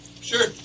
Sure